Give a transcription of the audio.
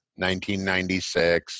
1996